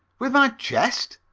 with my chest?